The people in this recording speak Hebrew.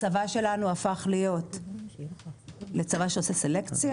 הצבא שלנו הפך להיות לצבא שעושה סלקציה?